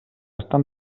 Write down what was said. estan